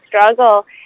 struggle